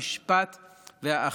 המשפט והאכיפה.